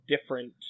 different